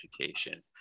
education